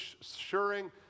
assuring